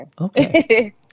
Okay